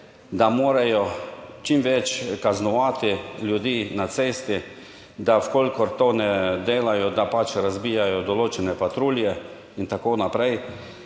da morajo čim več kaznovati ljudi na cesti, da v kolikor to ne delajo, da pač razbijajo določene patrulje in tako naprej